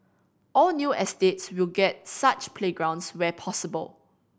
all new estates will get such playgrounds where possible